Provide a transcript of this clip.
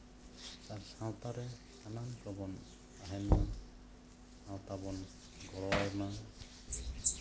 ᱥᱟᱣᱛᱟ ᱨᱮ ᱥᱟᱱᱟᱢ ᱠᱚᱵᱚᱱ ᱛᱟᱦᱮᱱ ᱢᱟ ᱥᱟᱶᱛᱟ ᱵᱚᱱ ᱜᱚᱲᱚ ᱟᱭᱢᱟ